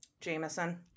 Jameson